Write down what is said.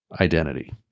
identity